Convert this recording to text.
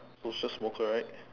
social smoker right